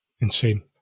Insane